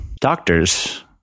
doctors